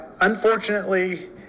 Unfortunately